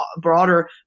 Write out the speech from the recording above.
broader